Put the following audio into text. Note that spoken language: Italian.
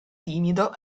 timido